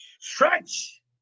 Stretch